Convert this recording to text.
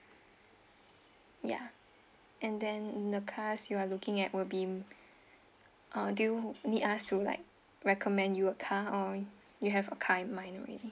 ya and then and the cars you are looking at will be uh do you need us to like recommend you a car or you have a car in mind already